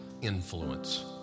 influence